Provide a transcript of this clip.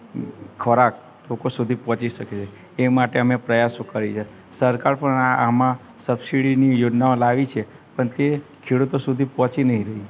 ખોરાક લોકો સુધી પહોંચી શકે તે માટે અમે પ્રયાસો કરી છે સરકાર પણ આમાં સબસીડીની યોજનાઓ લાવી છે પણ તે ખેડૂતો સુધી પહોંચી નથી રહી